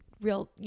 real